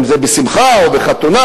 יחד עם חברות כנסת ממפלגות